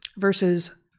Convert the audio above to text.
Versus